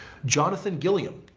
jonathan gilliam,